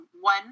one